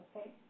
Okay